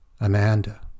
Amanda